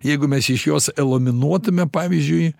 jeigu mes iš jos elaminuotume pavyzdžiui